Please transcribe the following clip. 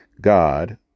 God